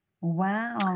Wow